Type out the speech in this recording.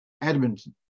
edmonton